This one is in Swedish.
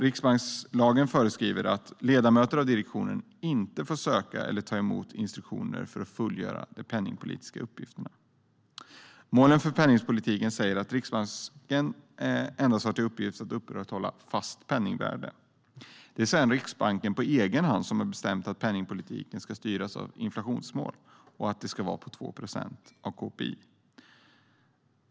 Riksbankslagen föreskriver att ledamöter av direktionen inte får söka eller ta emot instruktioner för att fullgöra de penningpolitiska uppgifterna. Målen för penningpolitiken innebär att Riksbanken endast har till uppgift att upprätthålla ett fast penningvärde. Riksbanken har sedan på egen hand bestämt att penningpolitiken ska styras av ett inflationsmål och att detta ska vara 2 procent av KPI.